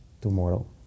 tomorrow